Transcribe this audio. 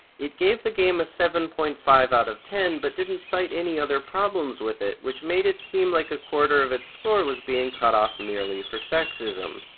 it gave the game a seven point five out of ten but didn't cite any other problems with it, which made it seem like a quarter of its score was being cut off merely for sexism.